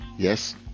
Yes